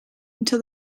until